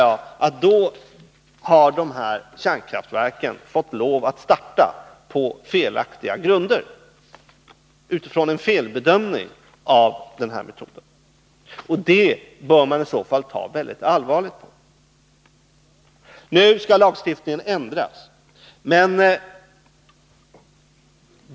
I så fall har de här kärnkraftverken fått lov att starta på felaktiga grunder, utifrån en felaktig bedömning av metoden. Detta bör man i så fall ta väldigt allvarligt på. Nu skall lagstiftningen ändras.